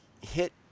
hit